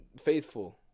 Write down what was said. faithful